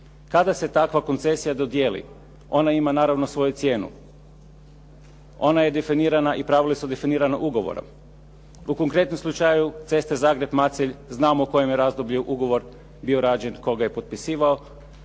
Kada se takva koncesija dodijeli ona naravno ima svoju cijenu. Ona je definirana i pravila su definirana ugovorom. U konkretnom slučaju cesta Zagreb – Macelj, znamo u kojem je razdoblju ugovor bio rađen, tko ga je potpisivao.